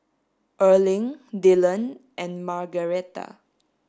Erling Dyllan and Margaretta